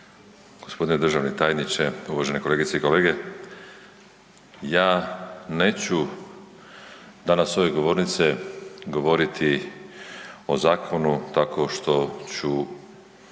gospodine državni tajniče, uvažene kolegice i kolege. Ja neću danas s ove govornice govoriti o zakonu tako što ću